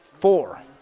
four